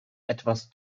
etwas